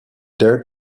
dare